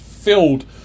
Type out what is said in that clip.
filled